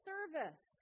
Service